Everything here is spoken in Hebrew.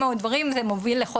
זה מוביל להרבה מאוד דברים,